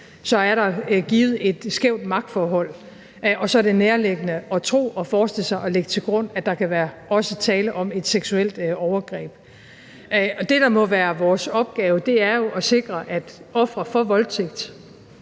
Så er der givet et skævt magtforhold, og så er det nærliggende at tro og forestille sig og lægge til grund, at der også kan være tale om et seksuelt overgreb. Det, der må være vores opgave, er at sikre, at ofre for voldtægt